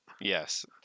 Yes